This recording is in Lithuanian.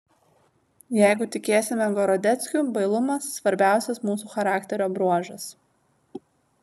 jeigu tikėsime gorodeckiu bailumas svarbiausias mūsų charakterio bruožas